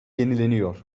yenileniyor